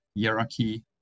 hierarchy